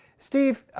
steve,